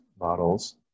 models